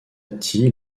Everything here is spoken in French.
petit